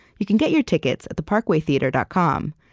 you can get your tickets at theparkwaytheater dot com,